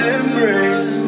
embrace